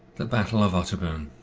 the battle of otterburn